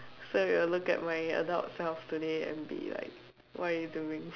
so you'll look like my adult self today and be like what are you doing